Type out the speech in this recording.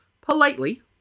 politely